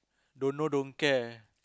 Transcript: don't know don't care